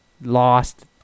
lost